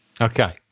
Okay